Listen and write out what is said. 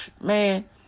man